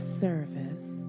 service